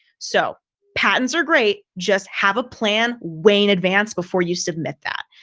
so patents are great. just have a plan way in advance before you submit that.